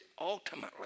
ultimately